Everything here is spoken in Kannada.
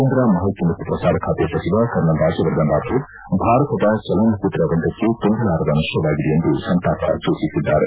ಕೇಂದ್ರ ಮಾಹಿತಿ ಮತ್ತು ಪ್ರಸಾರ ಖಾತೆ ಸಚಿವ ಕರ್ನಲ್ ರಾಜವರ್ಧನ್ ರಾಥೋಡ್ ಭಾರತದ ಚಲನಚಿತ್ರ ರಂಗಕ್ಕೆ ತುಂಬಲಾರದ ನಷ್ಷವಾಗಿದೆ ಎಂದು ಸಂತಾಪ ಸೂಚಿಸಿದ್ದಾರೆ